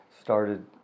started